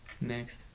Next